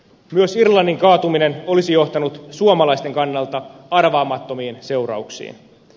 myös irlannin kaatuminen olisi johtanut suomalaisten kannalta arvaamattomiin seurauksiin